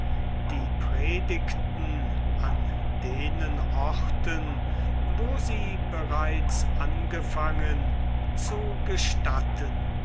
die predigten an den orten wo sie bereits angefangen zu gestatten